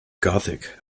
gothic